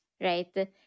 right